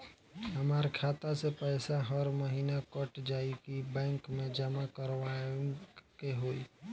हमार खाता से पैसा हर महीना कट जायी की बैंक मे जमा करवाए के होई?